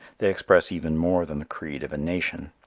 they express even more than the creed of a nation.